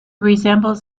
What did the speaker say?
resembles